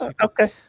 Okay